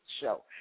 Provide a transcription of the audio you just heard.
show